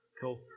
Cool